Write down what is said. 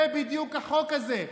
זה בדיוק החוק הזה.